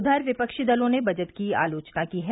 उधर विपक्षी दलों ने बजट की आलोचना की है